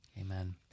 Amen